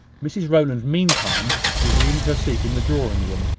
mrs rowland meantime resumed her seat in the drawing-room,